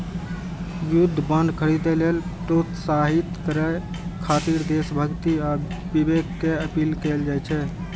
युद्ध बांड खरीदै लेल प्रोत्साहित करय खातिर देशभक्ति आ विवेक के अपील कैल जाइ छै